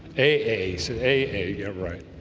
a a said a a you're right,